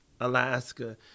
Alaska